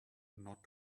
not